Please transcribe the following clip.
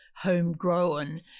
homegrown